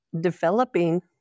developing